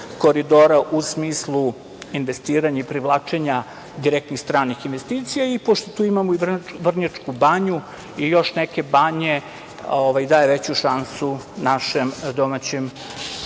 koridora u smislu investiranja i privlačenja direktnih stranih investicija i, pošto tu imamo i Vrnjačku Banju i još neke banje, daje veću šansu našem domaćem